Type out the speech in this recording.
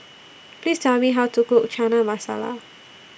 Please Tell Me How to Cook Chana Masala